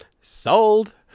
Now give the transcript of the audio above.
sold